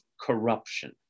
corruption